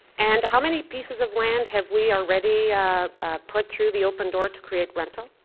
and how many pieces of land have we already put through the open door to create rental?